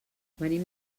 venim